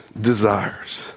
desires